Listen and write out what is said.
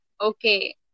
okay